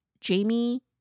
Jamie